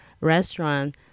restaurant